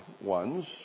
ones